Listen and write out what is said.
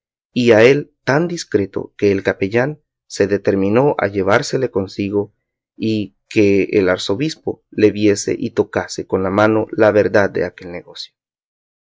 a él tan discreto que el capellán se determinó a llevársele consigo a que el arzobispo le viese y tocase con la mano la verdad de aquel negocio